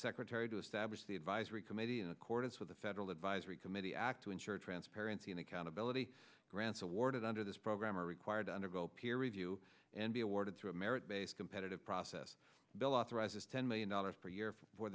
secretary to establish the advisory committee in accordance with the federal advisory committee act to ensure transparency and accountability grants awarded under this program are required to undergo peer review and be awarded through a merit based competitive process bill authorizes ten million dollars per year for